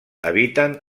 habiten